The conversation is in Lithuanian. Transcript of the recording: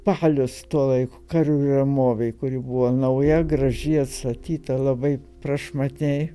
balius tuo laiku karių ramovėj kuri buvo nauja graži atstatyta labai prašmatniai